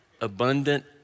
abundant